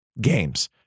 games